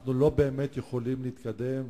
אנחנו לא באמת יכולים להתקדם.